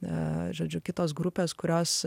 na žodžiu kitos grupės kurios